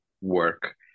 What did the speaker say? work